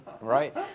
right